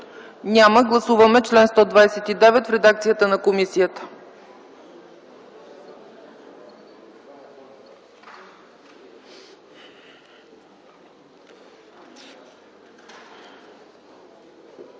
няма. Гласуваме чл. 129 в редакцията на комисията.